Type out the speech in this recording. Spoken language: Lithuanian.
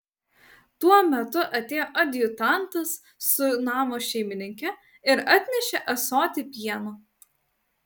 tuo metu atėjo adjutantas su namo šeimininke ir atnešė ąsotį pieno